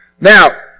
Now